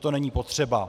to není potřeba.